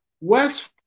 West